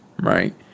right